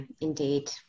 indeed